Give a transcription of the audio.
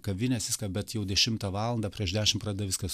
kavinės viską bet jau dešimtą valandą prieš dešim pradeda viskas